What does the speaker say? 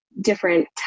different